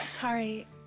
Sorry